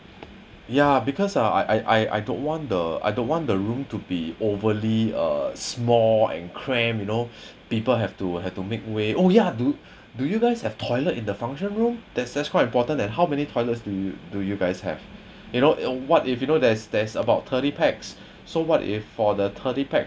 ya because uh I I I I don't want the I don't want the room to be overly uh small and cramp you know people have to have to make way oh ya do do you guys have toilet in the function room that's that's quite important then how many toilets do you do you guys have you know what if you know there's there's about thirty pax so what if for the thirty pax